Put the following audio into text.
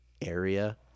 area